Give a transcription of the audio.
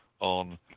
on